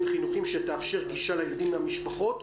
חינוכיים שתאפשר גישה לילדים ולמשפחות.